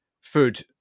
food